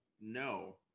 no